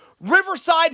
Riverside